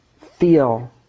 feel